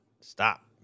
stop